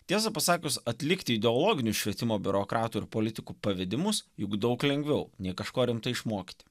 tiesą pasakius atlikti ideologinio švietimo biurokratų ir politikų pavedimus juk daug lengviau nei kažko rimto išmokyti